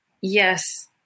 yes